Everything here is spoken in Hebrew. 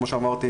כמו שאמרתי,